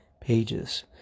pages